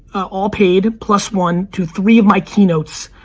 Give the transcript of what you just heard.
all paid, plus one, to three of my keynotes,